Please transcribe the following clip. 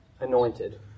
anointed